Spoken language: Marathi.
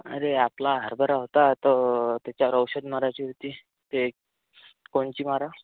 अरे आपला हरभरा होता तो त्याच्यावर औषध मारायची होती ते कोणची मारावं